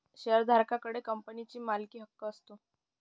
शेअरधारका कडे कंपनीचा मालकीहक्क असतो